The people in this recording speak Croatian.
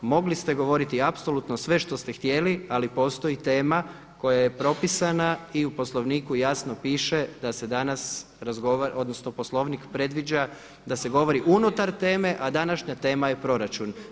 Mogli ste govorili apsolutno sve što ste htjeli ali postoji tema koja je propisana i u Poslovniku jasno piše da se danas razgovara, odnosno Poslovnik predviđa da se govori unutar teme a današnja tema je proračun.